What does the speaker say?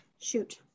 Shoot